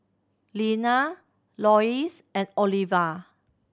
Leana Loyce and Oliva